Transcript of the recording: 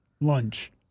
Lunch